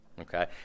okay